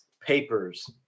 papers